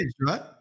right